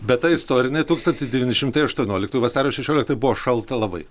bet ta istorinė tūkstantis devyni šimtai aštuoliktųjų vasario šešioliktoji buvo šalta labai